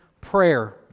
prayer